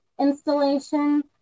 installation